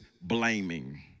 blaming